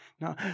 No